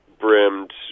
brimmed